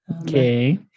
Okay